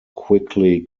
quickly